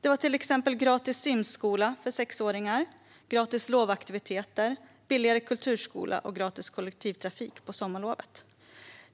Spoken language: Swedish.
Det var till exempel gratis simskola för sexåringar, gratis lovaktiviteter, billigare kulturskola och gratis kollektivtrafik på sommarlovet.